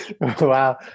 wow